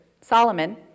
Solomon